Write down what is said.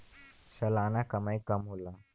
सलाना कमाई कम होला